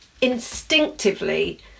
instinctively